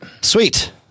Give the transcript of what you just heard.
Sweet